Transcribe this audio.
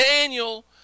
Daniel